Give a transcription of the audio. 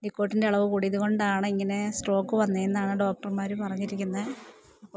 നിക്കോട്ടിൻ്റെ അളവ് കൂടിയത് കൊണ്ടാണ് ഇങ്ങനെ സ്ട്രോക്ക് വന്നേന്നാണ് ഡോക്ടർമാര് പറഞ്ഞിരിക്കുന്നത് അപ്പം